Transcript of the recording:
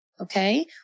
Okay